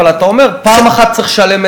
אבל אתה אומר: פעם אחת צריך "לשלם"